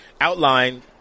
outline